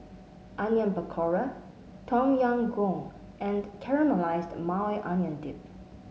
Onion Pakora Tom Yam Goong and Caramelized Maui Onion Dip